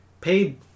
paid